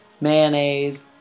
mayonnaise